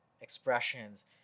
expressions